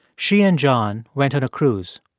she and john went on a cruise.